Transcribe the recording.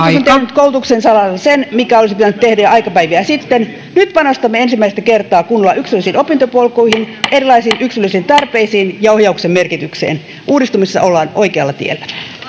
koulutuksen saralla sen mikä olisi pitänyt tehdä jo aikapäiviä sitten nyt panostamme ensimmäistä kertaa kunnolla yksilöllisiin opintopolkuihin erilaisiin yksilöllisiin tarpeisiin ja ohjauksen merkitykseen uudistumisessa ollaan oikealla tiellä